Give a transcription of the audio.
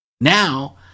now